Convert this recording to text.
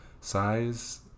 size